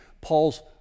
Paul's